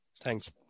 Thanks